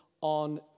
On